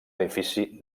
edifici